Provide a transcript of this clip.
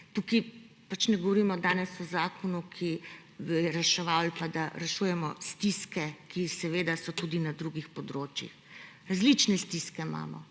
Tukaj ne govorimo danes o zakonu, ki bi reševal ali da rešujemo stiske, ki seveda so tudi na drugih področjih. Različne stiske imamo.